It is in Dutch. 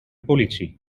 politie